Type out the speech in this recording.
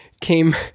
came